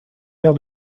maire